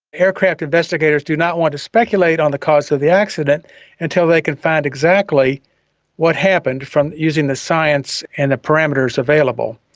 aircraft investigators do not want to speculate on the cause of the accident until they can find exactly what happened from using the science and the parameters available.